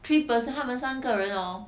three person 他们三个人 hor